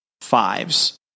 fives